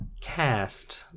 cast